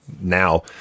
now